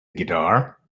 guitar